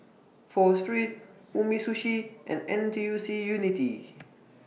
Pho Street Umisushi and N T U C Unity